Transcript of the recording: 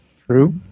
true